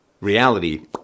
reality